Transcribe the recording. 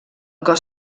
cos